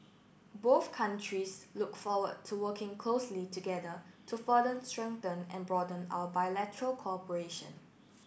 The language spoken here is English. both countries look forward to working closely together to further strengthen and broaden our bilateral cooperation